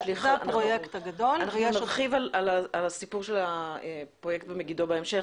אנחנו נרחיב על הפרויקט הזה בהמשך.